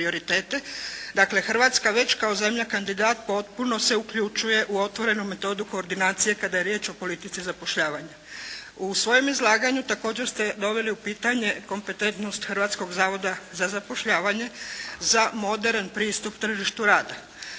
Dakle, Hrvatska već kao zemlja kandidat potpuno se uključuje u otvorenu metodu koordinacije kada je riječ o politici zapošljavanja. U svojem izlaganju također ste doveli u pitanje kompetentnost Hrvatskog zavoda za zapošljavanje za moderan pristup tržištu rada.